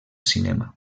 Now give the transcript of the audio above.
cinema